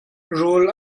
rawl